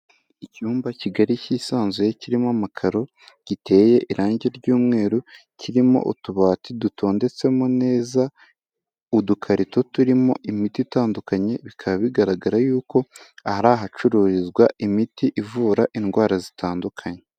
Icyumba kigari kisanzuye, kirimo amakaro giteye irangi ry'umweru, kirimo utubati dutondetsemo neza, udukarito turimo imiti itandukanye, bikaba bigaragara yuko aha ari ahacururizwa imiti, ivura indwara zitandukanye.